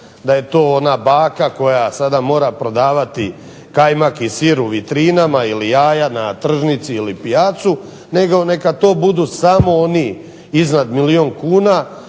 da je to ona baka koja sada mora prodavati kajmak ili sir u vitrinama ili jaja na tržnici ili pijaci nego neka to budu samo oni iznad milijun kuna.